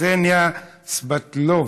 קסניה סבטלובה.